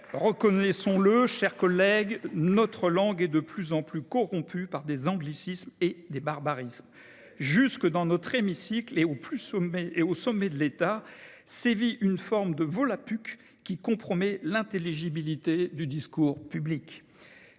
Reconnaissons le, mes chers collègues, notre langue est de plus en plus corrompue par des anglicismes et des barbarismes. C’est vrai ! Jusque dans notre hémicycle et au sommet de l’État sévit une forme de volapük qui compromet l’intelligibilité du discours public.